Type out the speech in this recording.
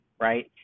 right